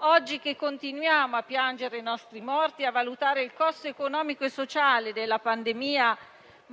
oggi che continuiamo a piangere i nostri morti e a valutare il costo economico e sociale della pandemia,